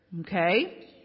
Okay